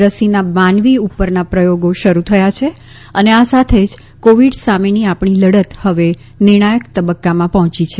રસીના માનવી ઉપરના પ્રયોગો શરૂ થયા છે અને આ સાથે જ કોવિડ સામેની આપણી લડત હવે નિર્ણાયક તબક્કામાં પહોંચી છે